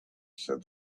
said